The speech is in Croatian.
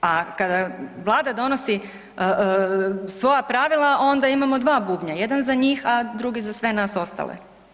A kada Vlada donosi svoja pravila onda imamo dva bubnja, jedan za njih, a drugi za sve nas ostale.